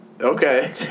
Okay